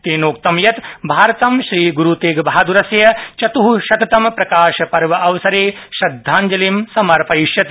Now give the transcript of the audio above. तेनोक्तं यत् भारतं श्रीग्रूतेगबहाद्रस्य चत्शततम प्रकाशपर्व अवसरे श्रद्धांजलिं समर्पयिष्यति